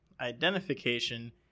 identification